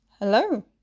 Hello